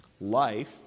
Life